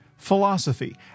Philosophy